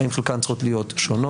האם חלקן צריכות להיות שונות?